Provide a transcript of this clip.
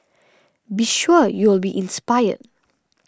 be sure you'll be inspired